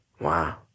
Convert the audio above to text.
Wow